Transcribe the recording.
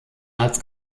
als